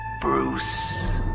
Bruce